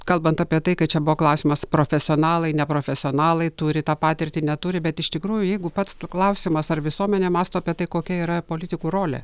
kalbant apie tai kad čia buvo klausimas profesionalai neprofesionalai turi tą patirtį neturi bet iš tikrųjų jeigu pats klausimas ar visuomenė mąsto apie tai kokia yra politikų rolė